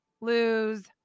lose